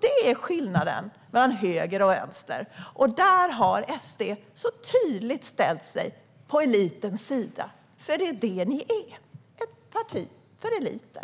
Det är skillnaden mellan höger och vänster, och här har SD tydligt ställt sig på elitens sida eftersom ni, illa dolt, är ett parti för eliten.